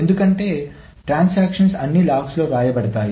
ఎందుకంటే ట్రాన్సాక్షన్స్ అన్ని లాగ్స్ లలో వ్రాయబడతాయి